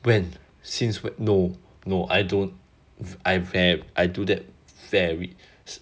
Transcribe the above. when since when no no I don't I very I do that very